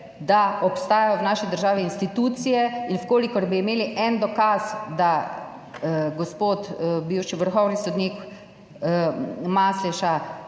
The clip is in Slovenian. da obstajajo v naši državi institucije, in v kolikor bi imeli en dokaz, da gospod bivši vrhovni sodnik Masleša